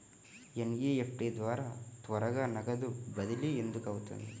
NEFT ద్వారా త్వరగా నగదు బదిలీ ఎందుకు అవుతుంది?